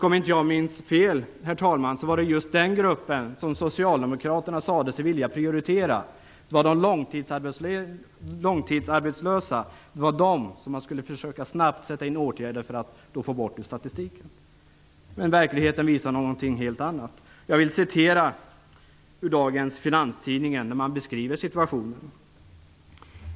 Om inte jag minns fel, herr talman, var det just den gruppen som socialdemokraterna sade sig vilja prioritera. Man skulle försöka snabbt sätta in åtgärder för att få bort de långtidsarbetslösa ur statistiken, men verkligheten visar någonting helt annat. I dagens Finanstidningen beskrivs situationen.